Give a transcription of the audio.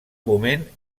moment